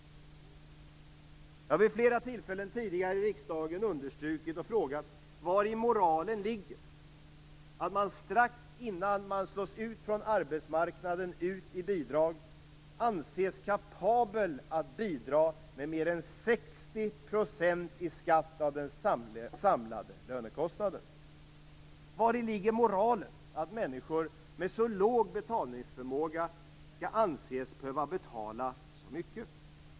Jag har vid flera tillfällen tidigare i riksdagen frågat vari moralen ligger att man strax innan man slås ut från arbetsmarknaden, ut i bidrag, anses kapabel att bidra med mer än 60 % i skatt av den samlade lönekostnaden. Vari ligger moralen att människor med så låg betalningsförmåga skall anses behöva betala så mycket?